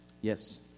Yes